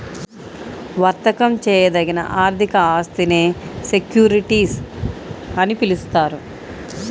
వర్తకం చేయదగిన ఆర్థిక ఆస్తినే సెక్యూరిటీస్ అని పిలుస్తారు